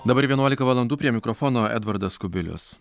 dabar vienuolika valandų prie mikrofono edvardas kubilius